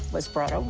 was brought over